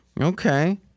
Okay